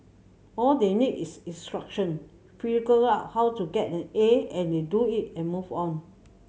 all they need is instruction figure out how to get an A and they do it and move on